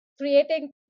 creating